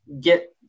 get